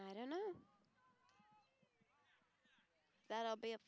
i don't know that i'll be a